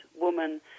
woman